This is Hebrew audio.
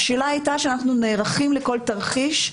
השאלה הייתה שאנחנו נערכים לכל תרחיש,